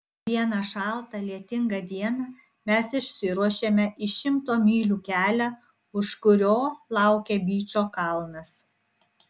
vieną šaltą lietingą dieną mes išsiruošėme į šimto mylių kelią už kurio laukė byčo kalnas